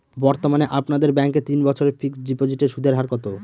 বর্তমানে আপনাদের ব্যাঙ্কে তিন বছরের ফিক্সট ডিপোজিটের সুদের হার কত?